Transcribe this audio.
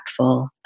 impactful